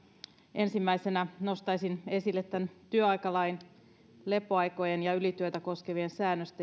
ensimmäisenä nostaisin esille työaikalain lepoaikoja ja ylityötä koskevat säännökset